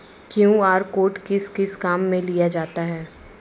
QR code किस किस काम में लिया जाता है?